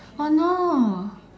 oh no